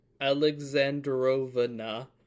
Alexandrovna